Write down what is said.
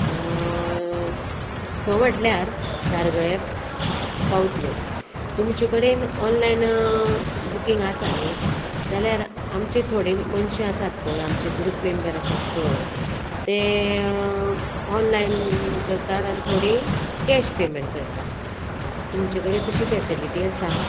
स म्हटल्यार धारगळे पावतलीं तुमचे कडेन ऑनलायन बुकींग आसा न्ही जाल्यार आमचे थोडे मनशां आसात पळय आमचे ग्रूप मेंबर आसात पळय ते ऑनलायन करतात आनी थोडी कॅश पेमेंट करता तुमचे कडे तशी फेसिलिटी आसा